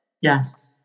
Yes